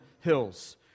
hills